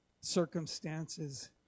circumstances